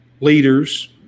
leaders